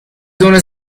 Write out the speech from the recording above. دونه